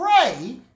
pray